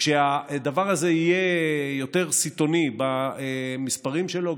כשהדבר הזה יהיה יותר סיטוני במספרים שלו,